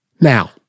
Now